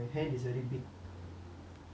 so I guess if it was a bit smaller